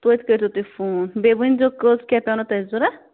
توٚتہِ کٔرۍزیٚو تُہۍ فون بیٚیہِ ؤنۍزیٚو کٔژ کیٛاہ پٮ۪نو تۄہہِ ضروٗرت